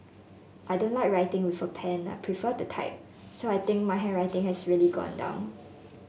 I don't like writing with a pen I prefer to type so I think my handwriting has really gone down